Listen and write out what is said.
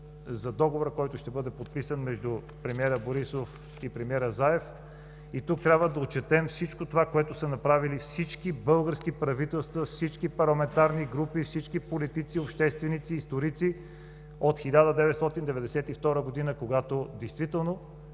за договора, който ще бъде подписан между премиера Борисов и премиера Заев. Тук трябва да отчетем всичко това, което са направили всички български правителства, всички парламентарни групи, всички политици, общественици, историци от 1992 г., когато действително